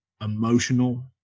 emotional